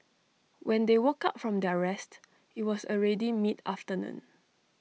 when they woke up from their rest IT was already mid afternoon